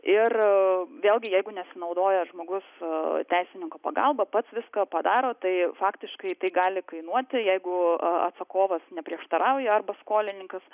ir vėlgi jeigu nesinaudoja žmogus teisininko pagalba pats viską padaro tai faktiškai tai gali kainuoti jeigu atsakovas neprieštarauja arba skolininkas